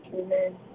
Amen